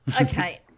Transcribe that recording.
Okay